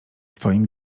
twoim